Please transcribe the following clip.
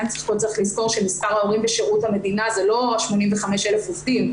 פה צריך לזכור שמספר ההורים בשירות המדינה זה לא ה-85,000 עובדים,